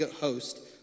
host